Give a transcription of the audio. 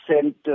sent